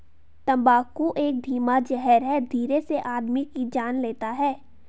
तम्बाकू एक धीमा जहर है धीरे से आदमी की जान लेता है